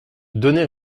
donné